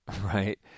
right